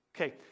Okay